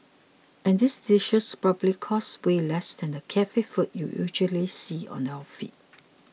and these dishes probably cost way less than the cafe food you usually see on your feed